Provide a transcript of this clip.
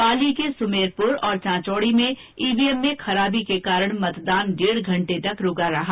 पाली के सुमेरपुर और चांचौड़ी में ईवीएम में खराबी के कारण मतदान डेढ घंटे तक रूका रहा